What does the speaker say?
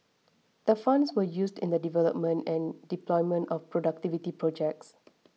the funds were used in the development and deployment of productivity projects